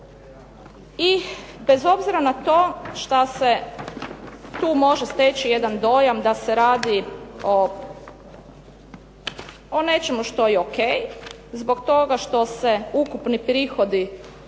i bez obzira na to šta se tu može steći jedan dojam da se radi o nečemu što je ok, zbog toga što se ukupni prihodi